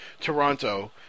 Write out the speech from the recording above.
Toronto